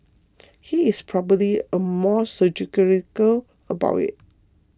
he is probably a more surgical about it